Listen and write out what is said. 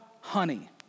honey